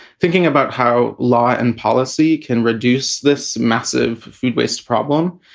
thinking about how law and policy can reduce this massive food waste problem.